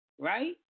right